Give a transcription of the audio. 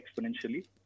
exponentially